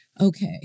Okay